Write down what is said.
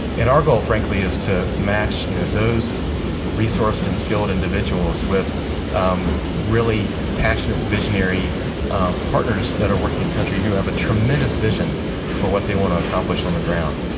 and our goal, frankly, is to match you know those resourced and skilled individuals with really passionate visionary partners that are working in country who have a tremendous vision for what they want to accomplish on the ground.